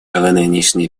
нынешний